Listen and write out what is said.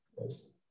Yes